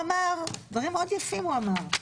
דברים מאוד יפים הוא אמר.